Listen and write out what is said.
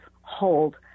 hold